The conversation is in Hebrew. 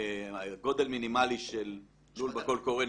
גודל מינימלי של לול בקול קורא,